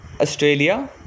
Australia